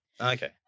Okay